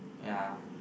ya